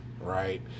right